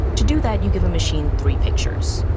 to do that, you give a machine three pictures.